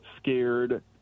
Scared